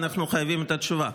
אנחנו חייבים את התשובה.